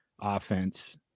offense